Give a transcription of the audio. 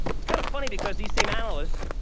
it's kind of funny because these same analysts